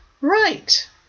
Right